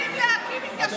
אנחנו רוצים להקים התיישבויות.